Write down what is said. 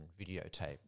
videotape